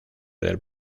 del